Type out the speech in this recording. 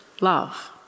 love